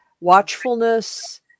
watchfulness